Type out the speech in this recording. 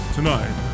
Tonight